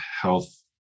health